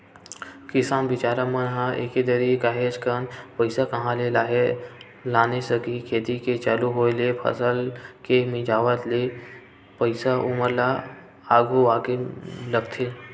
किसान बिचारा मन ह एके दरी काहेच कन पइसा कहाँ ले लाने सकही खेती के चालू होय ले फसल के मिंजावत ले पइसा ओमन ल अघुवाके लगथे